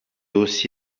aussi